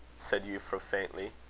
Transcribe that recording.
said euphra, faintly.